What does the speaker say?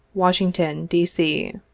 washington, d. c.